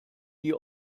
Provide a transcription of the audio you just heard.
die